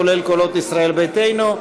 כולל קולות ישראל ביתנו,